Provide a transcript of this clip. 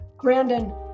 Brandon